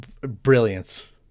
brilliance